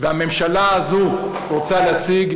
והממשלה הזו רוצות להציג,